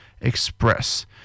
express